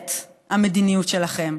אווילית המדיניות שלכם,